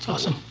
awesome.